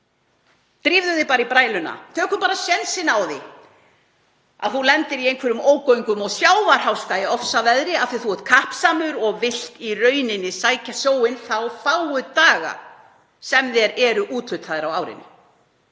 Drífðu þig bara í bræluna, tökum sénsinn á því að þú lendir í einhverjum ógöngum og sjávarháska í ofsaveðri af því þú ert kappsamur og vilt sækja sjóinn þá fáu daga sem þér eru úthlutaðir á árinu.